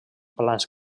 plans